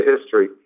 history